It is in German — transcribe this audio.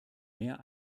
mehr